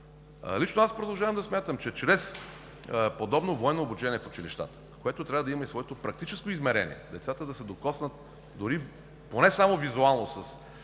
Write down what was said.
Лично аз продължавам да смятам, че чрез подобно военно обучение в училищата, което трябва да има и своето практическо измерение – децата да се докоснат дори поне само визуално